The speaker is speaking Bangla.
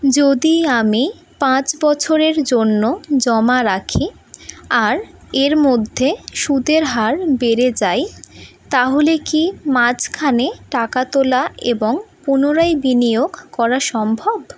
যদি আমি পাঁচ বছরের জন্য জমা রাখি আর এর মধ্যে সুদের হার বেড়ে যায় তাহলে কি মাঝখানে টাকা তোলা এবং পুনরায় বিনিয়োগ করা সম্ভব